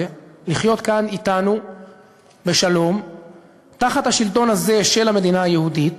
לחיות כאן אתנו בשלום תחת השלטון הזה של המדינה היהודית,